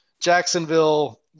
Jacksonville